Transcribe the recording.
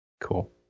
Cool